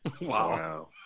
Wow